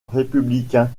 républicain